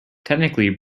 technically